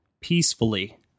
peacefully